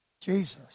Jesus